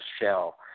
shell